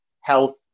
health